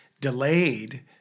delayed